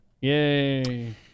Yay